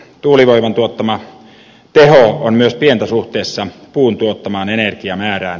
tuulivoiman tuottama teho on myös pientä suhteessa puun tuottamaan energiamäärään